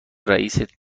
رئیست